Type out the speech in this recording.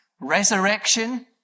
resurrection